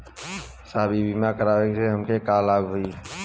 साहब इ बीमा करावे से हमके का लाभ होई?